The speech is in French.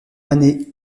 année